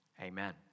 Amen